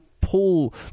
pull